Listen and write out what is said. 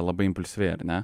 labai impulsyviai ar ne